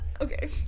Okay